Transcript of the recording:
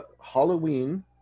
Halloween